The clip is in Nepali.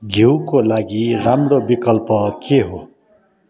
घिउको लागि राम्रो विकल्प के हो